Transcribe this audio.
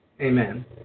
Amen